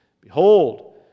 Behold